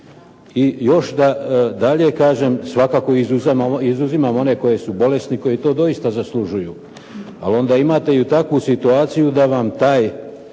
I još dalje da kažem. Svakako izuzimam one koji su bolesni koji to doista i zaslužuju. Ali onda imate i takvu situaciju da vam taj